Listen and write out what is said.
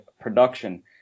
production